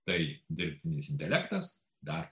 tai dirbtinis intelektas dar